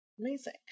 Amazing